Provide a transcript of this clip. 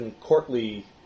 courtly